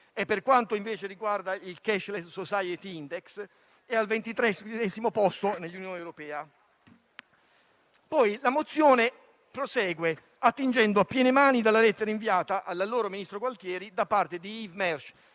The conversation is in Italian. Per quanto invece riguarda il *cashless society index* è al ventitreesimo posto nell'Unione europea. La mozione prosegue attingendo a piene mani dalla lettera inviata all'allora ministro Gualtieri da parte di Yves Mersch,